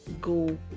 go